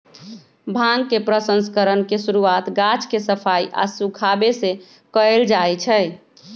भांग के प्रसंस्करण के शुरुआत गाछ के सफाई आऽ सुखाबे से कयल जाइ छइ